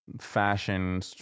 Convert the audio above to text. fashion